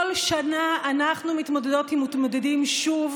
כל שנה אנחנו מתמודדות ומתמודדים שוב